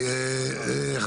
אני שואל: על סמך מה זה נאמר?